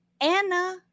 Anna